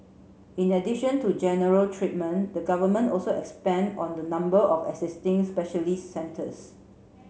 in addition to general treatment the Government also expand on the number of existing specialist centres